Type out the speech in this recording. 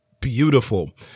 beautiful